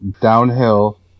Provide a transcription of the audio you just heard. downhill